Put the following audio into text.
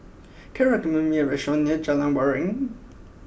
can you recommend me a restaurant near Jalan Waringin